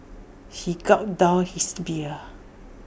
he gulped down his beer